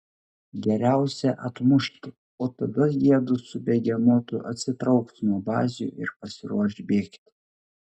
geriausia atmušti o tada jiedu su begemotu atsitrauks nuo bazių ir pasiruoš bėgti